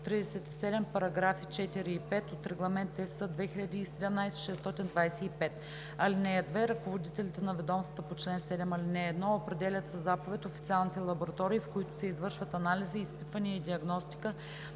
параграфи 4 и 5 от Регламент (ЕС) 2017/625. (2) Ръководителите на ведомствата по чл. 7, ал. 1 определят със заповед официалните лаборатории, в които се извършват анализи, изпитвания и диагностика